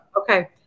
Okay